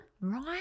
Right